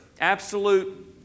absolute